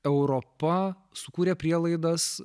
europa sukūrė prielaidas